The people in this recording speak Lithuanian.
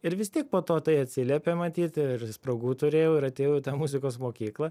ir vis tiek po to tai atsiliepia matyt ir spragų turėjau ir atėjau į tą muzikos mokyklą